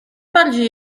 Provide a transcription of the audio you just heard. bardziej